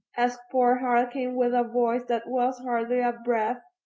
asked poor harlequin with a voice that was hardly a breath.